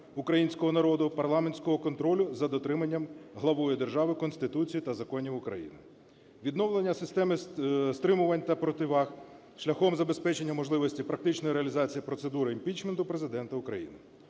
українського народу парламентського контролю за дотриманням Главою держави Конституції та законів України. Відновлення системи стримувань та противаг шляхом забезпечення можливості практичної реалізації процедури імпічменту Президента України.